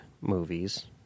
movies